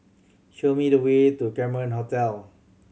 show me the way to Cameron Hotel